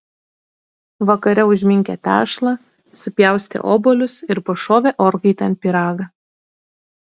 vakare užminkė tešlą supjaustė obuolius ir pašovė orkaitėn pyragą